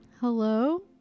Hello